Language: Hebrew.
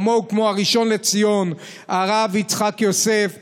כמוהו כמו הראשון לציון הרב יצחק יוסף שליט"א,